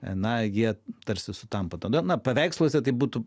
na jie tarsi sutampa tada na paveiksluose tai būtų